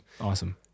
Awesome